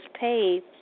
paid